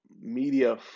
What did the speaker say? media